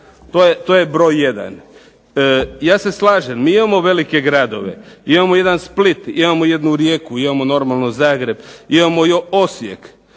To je broj jedan. Ja se slažem, mi imamo velike gradove, imamo jedan Split, imamo jednu Rijeku, imamo normalno Zagreb, imamo Osijek,